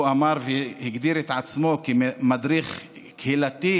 הוא גם אמר והגדיר את עצמו כמדריך קהילתי,